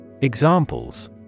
Examples